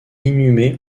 inhumé